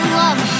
love